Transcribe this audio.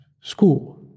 school